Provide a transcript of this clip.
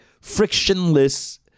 frictionless